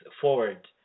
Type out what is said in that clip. forward